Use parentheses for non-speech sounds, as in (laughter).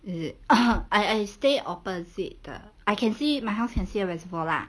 is it (coughs) I I stay opposite the I can see my house can see reservoir lah